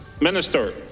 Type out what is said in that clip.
Minister